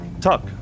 Tuck